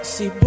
See